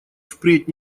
впредь